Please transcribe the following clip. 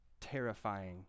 terrifying